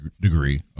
degree